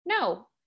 No